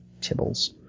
tibbles